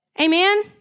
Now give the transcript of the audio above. Amen